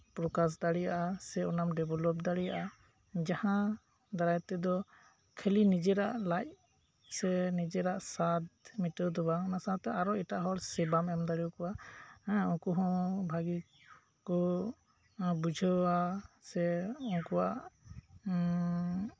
ᱯᱨᱚᱠᱟᱥ ᱫᱟᱲᱮᱭᱟᱜᱼᱟ ᱥᱮ ᱚᱱᱟᱢ ᱰᱮᱵᱷᱞᱚᱯ ᱫᱟᱲᱮᱭᱟᱜᱼᱟ ᱡᱟᱦᱟᱸ ᱫᱟᱨᱟᱭ ᱛᱮᱫᱚ ᱠᱷᱟᱹᱞᱤ ᱱᱤᱡᱮᱨᱟᱜ ᱥᱮ ᱱᱤᱡᱮᱨᱟᱜ ᱥᱟᱫ ᱢᱮᱴᱟᱣ ᱫᱚ ᱵᱟᱝ ᱚᱱᱟ ᱥᱟᱶᱛᱮ ᱟᱨᱚ ᱮᱴᱟᱜ ᱦᱚᱲ ᱥᱮᱵᱟᱢ ᱮᱢ ᱫᱟᱲᱮᱭᱟᱠᱚᱣᱟ ᱦᱮ ᱩᱱᱠᱩ ᱦᱚᱸ ᱵᱷᱟᱹᱜᱤ ᱠᱚ ᱵᱩᱡᱷᱟᱹᱣᱟ ᱥᱮ ᱩᱱᱠᱩᱣᱟᱜ